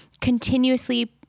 continuously